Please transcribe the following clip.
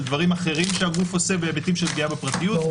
על דברים אחרים שהגוף עושה בהיבטים של פגיעה בפרטיות,